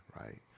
right